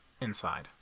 inside